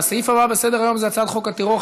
הסעיף הבא בסדר-היום הוא הצעת חוק הטרור.